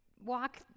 walk